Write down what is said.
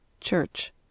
Church